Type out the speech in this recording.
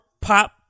pop